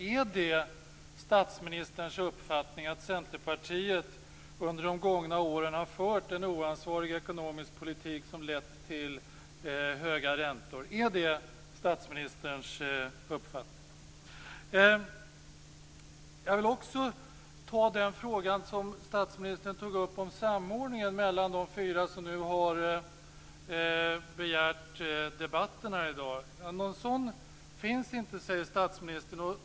Är det statsministerns uppfattning att Centerpartiet under de gångna åren har fört en oansvarig ekonomisk politik som lett till höga räntor? Är det statsministerns uppfattning? Jag vill också bemöta den fråga som statsministern tog upp om samordningen mellan de fyra partier som har begärt debatten i dag. Någon sådan finns inte, säger statsministern.